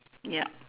yup